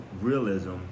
realism